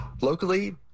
Locally